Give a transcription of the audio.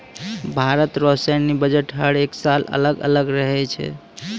भारत रो सैन्य बजट हर एक साल अलग अलग रहै छै